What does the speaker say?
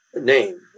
name